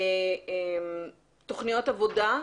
תוכניות עבודה.